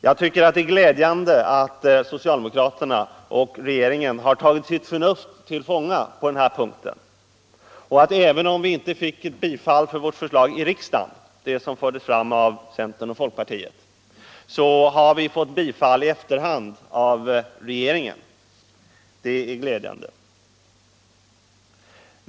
Jag tycker att det är glädjande att socialdemokraterna och regeringen har tagit sitt förnuft till fånga på den här punkten. Även om vi inte i riksdagen fick bifall till vårt förslag — som fördes fram av centern och folkpartiet — har vi fått bifall i efterhand av regeringen, och det är glädjande.